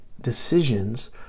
decisions